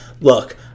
Look